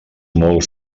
molt